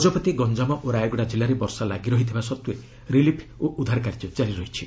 ଗଜପତି ଗଞ୍ଜାମ ଓ ରାୟଗଡ଼ା ଜିଲ୍ଲାରେ ବର୍ଷା ଲାଗି ରହିଥିବା ସତ୍ତ୍ୱେ ରିଲିଫ୍ ଓ ଉଦ୍ଧାର କାର୍ଯ୍ୟ ଜାରି ରହିଛି